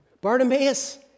Bartimaeus